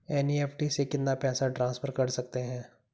NEFT से कितना पैसा ट्रांसफर कर सकते हैं?